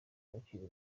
bakiri